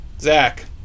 Zach